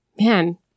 man